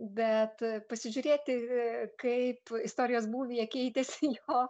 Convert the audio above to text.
bet pasižiūrėti kaip istorijos būvyje keitėsi jo